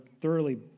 thoroughly